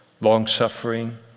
long-suffering